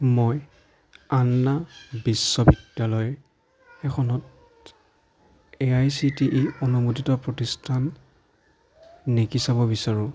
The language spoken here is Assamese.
মই আন্না বিশ্ববিদ্যালয় এখনত A I C T E অনুমোদিত প্ৰতিষ্ঠান নেকি চাব বিচাৰোঁ